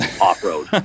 off-road